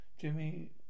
Jimmy